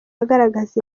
agaragaza